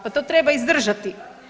Pa to treba izdržati.